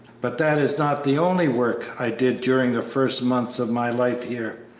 but that is not the only work i did during the first months of my life here.